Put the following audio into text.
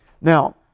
now